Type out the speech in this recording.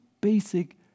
basic